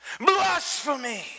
blasphemy